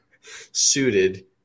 suited